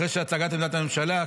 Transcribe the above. אחרי הצגת עמדת הממשלה,